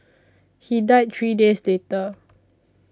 he died three days later